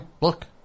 Look